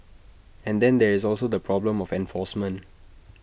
and then there is also the problem of enforcement